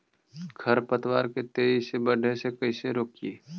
खर पतवार के तेजी से बढ़े से कैसे रोकिअइ?